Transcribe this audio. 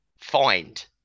find